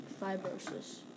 fibrosis